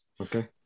Okay